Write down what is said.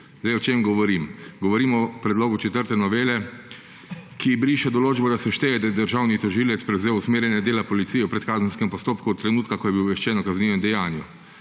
O čem govorim? Govorim o predlogu četrte novele, ki briše določbo, da se šteje, da je državni tožilec prevzel usmerjanje dela policije v predkazenskem postopku od trenutka, ko je bil obveščen o kaznivem dejanju.